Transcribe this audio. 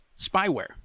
spyware